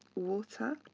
water,